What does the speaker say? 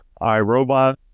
iRobot